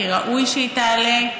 כי ראוי שהיא תעלה,